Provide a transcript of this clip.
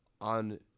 on